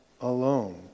alone